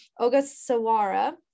Ogasawara